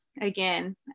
again